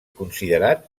considerat